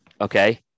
Okay